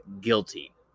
guilty